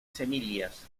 semillas